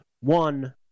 One